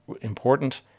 important